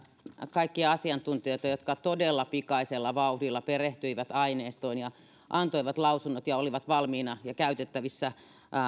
kaikkia asiantuntijoita jotka todella pikaisella vauhdilla perehtyivät aineistoon ja antoivat lausunnot ja olivat valmiina ja käytettävissä